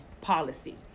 policy